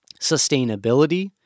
sustainability